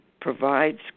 provides